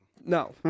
No